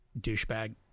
douchebag